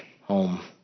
home